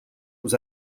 was